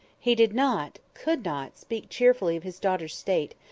he did not could not speak cheerfully of his daughter's state,